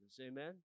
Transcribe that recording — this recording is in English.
Amen